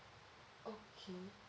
okay